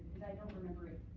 i don't remember it